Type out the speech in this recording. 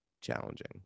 challenging